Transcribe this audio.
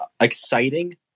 exciting